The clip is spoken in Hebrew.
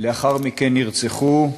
לאחר מכן נרצחו,